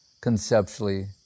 conceptually